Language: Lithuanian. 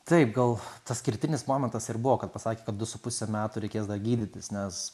taip gal tas kertinis momentas ir buvo kad pasakė kad du su puse metų reikės dar gydytis nes